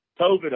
COVID